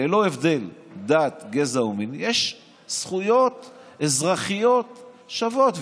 ללא הבדל דת, גזע ומין יש זכויות אזרחיות שוות.